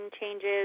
changes